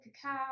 cacao